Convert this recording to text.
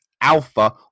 alpha